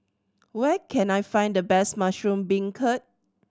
where can I find the best mushroom beancurd